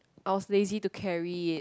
I was lazy to carry it